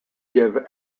give